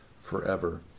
forever